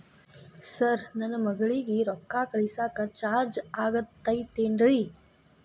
Sir ನನ್ನ ಮಗಳಗಿ ರೊಕ್ಕ ಕಳಿಸಾಕ್ ಚಾರ್ಜ್ ಆಗತೈತೇನ್ರಿ?